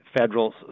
federal